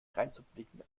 dreinzublicken